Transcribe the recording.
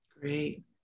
Great